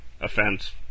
offense